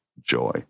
joy